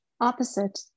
opposite